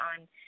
on